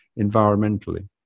environmentally